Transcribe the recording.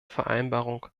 vereinbarung